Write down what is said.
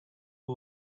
w’u